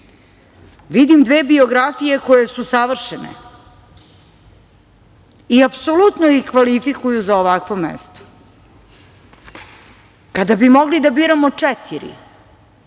dve biografije koje su savršene i apsolutno ih kvalifikuju za ovakvo mesto. Kada bi mogli da biramo četiri